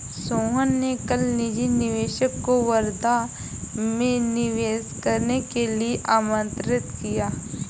सोहन ने कल निजी निवेशक को वर्धा में निवेश करने के लिए आमंत्रित किया